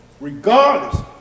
regardless